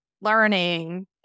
learning